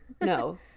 No